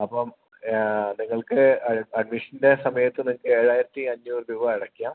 അപ്പം നിങ്ങൾക്ക് അഡ്മിഷൻ്റെ സമയത്ത് നിങ്ങൾക്ക് ഏഴായിരത്തി അഞ്ഞൂറ് രൂപ അടക്കുക